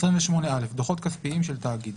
"דוחות כספיים של תאגיד.